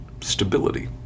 stability